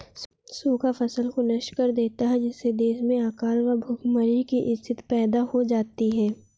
सूखा फसल को नष्ट कर देता है जिससे देश में अकाल व भूखमरी की स्थिति पैदा हो जाती है